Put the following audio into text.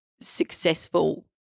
successful